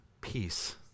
peace